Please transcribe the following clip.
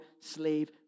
slave